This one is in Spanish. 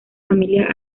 familias